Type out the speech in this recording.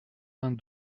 vingt